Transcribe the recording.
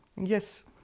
Yes